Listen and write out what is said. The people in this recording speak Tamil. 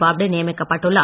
போப்டே நியமிக்கப்பட்டுள்ளார்